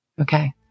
Okay